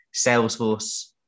Salesforce